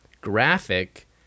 Graphic